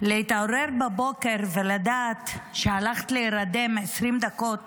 להתעורר בבוקר ולדעת שהלכת להירדם 20 דקות